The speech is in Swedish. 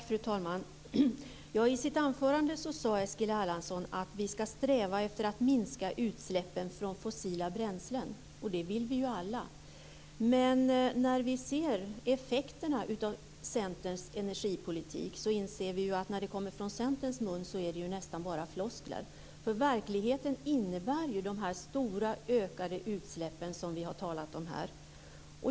Fru talman! I sitt anförande sade Eskil Erlandsson att vi ska sträva efter att minska utsläppen från fossila bränslen. Det vill vi ju alla. Men när vi ser effekterna av Centerns energipolitik inser vi att när detta kommer från Centerns mun är det nästan bara floskler. Verkligheten innebär nämligen de här stora, ökade utsläppen som vi har talat om här.